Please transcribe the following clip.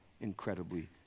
incredibly